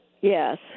Yes